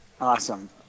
Awesome